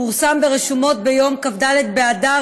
פורסם ברשומות ביום כ"ד באדר,